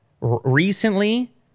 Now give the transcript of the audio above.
Recently